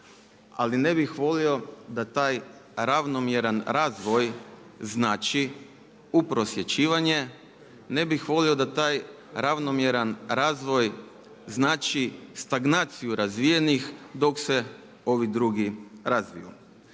ali ne bih volio da taj ravnomjeran razvoj znači uprosječivanje, ne bih volio da taj ravnomjeran razvoj znači stagnaciju razvijenih dok se ovi drugi razviju.